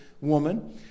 woman